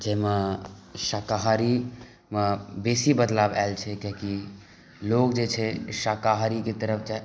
जाहिमे शाकाहारीमे बेसी बदलाव आयल छै कियाकि लोक जे छै शाकाहारीके तरफ जाइ